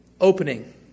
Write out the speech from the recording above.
opening